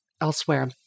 elsewhere